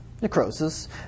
necrosis